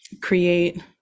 create